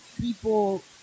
people